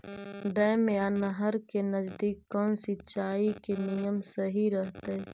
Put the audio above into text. Dam या नहर के नजदीक कौन सिंचाई के नियम सही रहतैय?